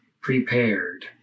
Prepared